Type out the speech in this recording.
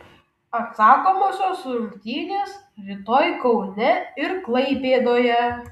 atsakomosios rungtynės rytoj kaune ir klaipėdoje